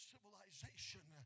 civilization